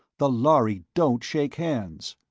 the lhari don't shake hands.